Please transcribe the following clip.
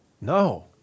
No